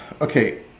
Okay